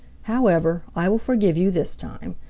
however, i will forgive you this time.